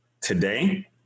today